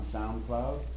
SoundCloud